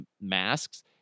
masks